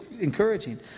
encouraging